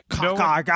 No